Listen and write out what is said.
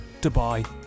dubai